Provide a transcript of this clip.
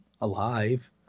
alive